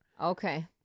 Okay